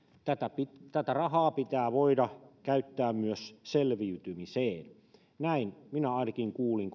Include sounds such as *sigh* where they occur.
tätä tätä rahaa pitää voida käyttää myös selviytymiseen näin minä ainakin kuulin *unintelligible*